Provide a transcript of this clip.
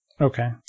okay